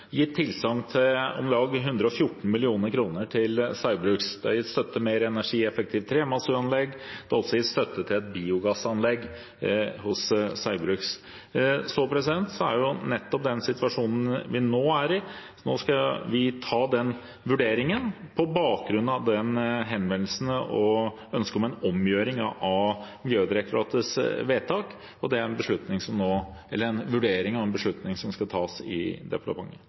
gitt støtte til et mer energieffektivt tremasseanlegg. Det er også gitt støtte til et biogassanlegg hos Saugbrugs. Så er det den situasjonen vi nå er i: Vi skal nå ta den vurderingen på bakgrunn av henvendelsen og ønsket om en omgjøring av Miljødirektoratets vedtak. Det er en vurdering og en beslutning som skal tas i departementet.